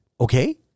Okay